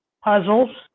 puzzles